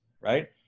right